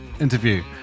interview